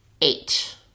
eight